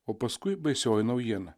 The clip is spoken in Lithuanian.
o paskui baisioji naujiena